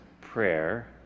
prayer